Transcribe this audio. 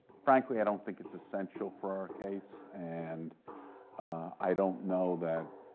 frankly i don't think it's essential for our case. and i don't know that